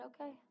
okay